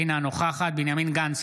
אינה נוכחת בנימין גנץ,